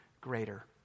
greater